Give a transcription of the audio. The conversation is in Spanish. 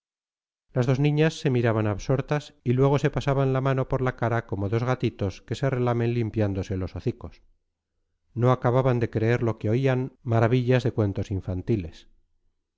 onzas las dos niñas se miraban absortas y luego se pasaban la mano por la cara como dos gatitos que se relamen limpiándose los hocicos no acababan de creer lo que oían maravillas de cuentos infantiles